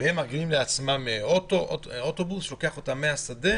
ומארגנים לעצמם אוטובוס שלוקח אותם מהשדה